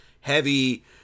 heavy